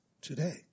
today